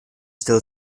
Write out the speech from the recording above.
still